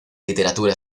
literatura